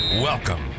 Welcome